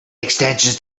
extensions